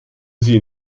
sie